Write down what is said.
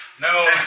No